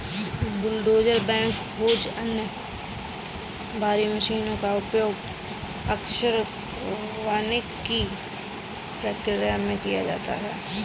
bulldozer backhoes और अन्य भारी मशीनों का उपयोग अक्सर वानिकी प्रक्रिया में किया जाता है